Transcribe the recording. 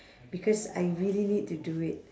because I really need to do it